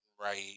right